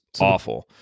awful